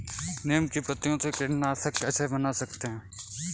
नीम की पत्तियों से कीटनाशक कैसे बना सकते हैं?